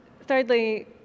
thirdly